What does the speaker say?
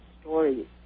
stories